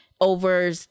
over